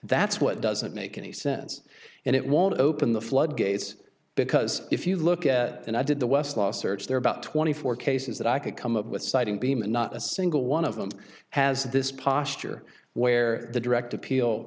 that's what doesn't make any sense and it won't open the floodgates because if you look at and i did the west law search there about twenty four cases that i could come up with citing beeman not a single one of them has this posture where the direct appeal